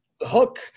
hook